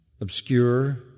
obscure